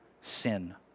Sin